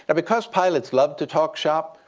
ah because pilots love to talk shop,